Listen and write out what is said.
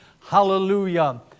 Hallelujah